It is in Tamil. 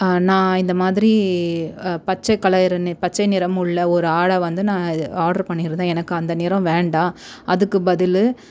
நான் இந்த மாதிரி பச்சைக்கலருனு பச்சை நிறமுள்ள ஒரு ஆடை வந்து நான் இது ஆர்ட்ரு பண்ணிருந்தேன் எனக்கு அந்த நிறம் வேண்டாம் அதுக்கு பதில்